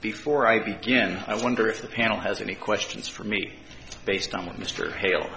before i begin i wonder if the panel has any questions for me based on what mr ha